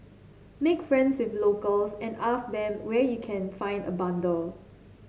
make friends with locals and ask them where you can find a bundle